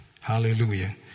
Hallelujah